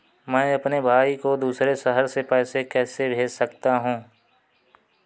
मैं अपने भाई को दूसरे शहर से पैसे कैसे भेज सकता हूँ?